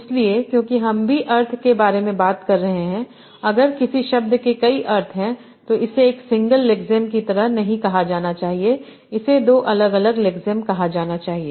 इसलिए क्योंकिहम भी अर्थ के बारे में बात कररहे हैं अगर किसी शब्द के कई अर्थ हैं तो इसे एक सिंगल लेक्सेम की तरह नहीं कहा जाना चाहिए इसे दो अलग अलग लेक्सेम कहा जाना चाहिए